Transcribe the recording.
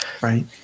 Right